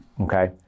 Okay